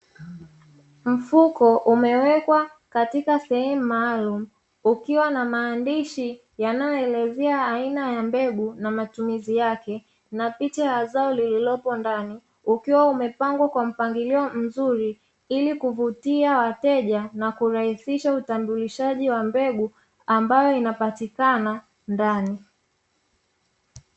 Mafuko umewekwa katika sehemu maalumu ukiwa na maandishi yanayoelezea aina ya mbegu na matumizi yake na picha ya zao lililopo ndani ukiwa umepangwa kwa mpangilio mzuri, ili kuvutia wateja na kurahisisha utambulishaji wa mbegu ambayo inapatikana ndani.